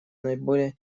наиболее